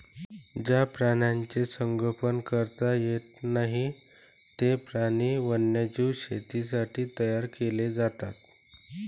ज्या प्राण्यांचे संगोपन करता येत नाही, ते प्राणी वन्यजीव शेतीसाठी तयार केले जातात